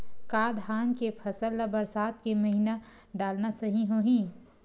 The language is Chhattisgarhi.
का धान के फसल ल बरसात के महिना डालना सही होही?